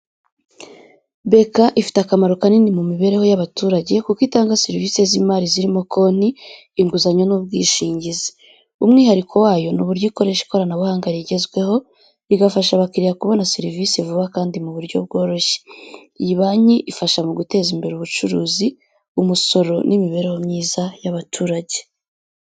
BK ifite akamaro kanini mu mibereho y’abaturage kuko itanga serivisi z'imari zirimo konti, inguzanyo n’ubwishingizi. Umwihariko wayo ni uburyo ikoresha ikoranabuhanga rigezweho, rigafasha abakiriya kubona serivisi vuba kandi mu buryo bworoshye. Iyi banki ifasha mu guteza imbere ubucuruzi, umusoro n’imibereho myiza y’abaturage.